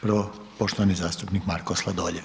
Prvo poštovani zastupnik Marko Sladoljev.